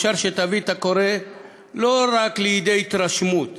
אפשר שתביא את הקורא לא רק לידי התרשמות